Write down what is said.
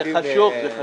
זה חשוב.